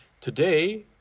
today